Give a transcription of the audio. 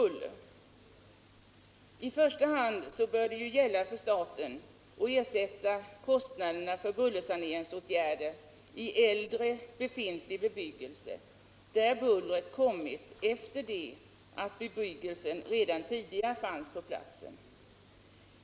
I första hand bör staten ersätta kostnaderna för bullersaneringsåtgärder i äldre befintlig bebyggelse, där bullret kommit till efter det att bebyggelsen uppförts.